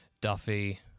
Duffy